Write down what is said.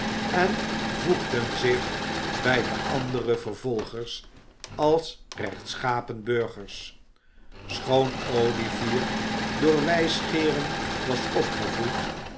en voegden zich bij de andere vervolgers als rechtschapen burgers schoon olivier door wijsgeeren was opgevoed